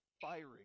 firing